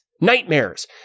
nightmares